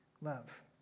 love